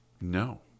no